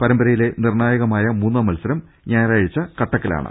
പരമ്പരയിലെ നിർണായകമായ മൂന്നാം മത്സരം ഞായറാഴ്ച കട്ടക്കിലാണ്